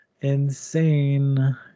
Insane